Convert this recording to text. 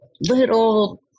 little